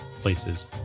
places